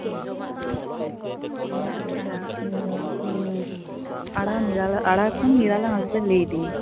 ᱦᱮᱸ ᱟᱲᱟ ᱠᱷᱚᱱ ᱱᱤᱨᱟᱞᱟ ᱦᱟᱸᱥᱫᱟ ᱞᱟᱹᱭᱫᱤᱧ